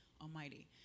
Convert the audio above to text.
Almighty